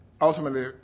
ultimately